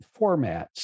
formats